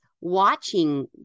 watching